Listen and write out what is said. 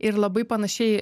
ir labai panašiai